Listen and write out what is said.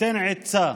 שנותן עצה